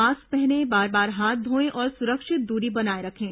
mask पहने बार बार हाथ धोएं और सुरक्षित दूरी बनाए रखें